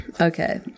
Okay